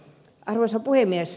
arvoisa puhemies